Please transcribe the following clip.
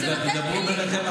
כי זה לתת כלים לבתי הדין הרבניים,